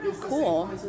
cool